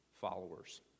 followers